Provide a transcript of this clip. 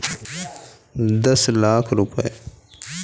खाते में जमा राशि की अधिकतम सीमा क्या है?